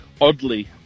oddly